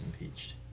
impeached